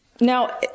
Now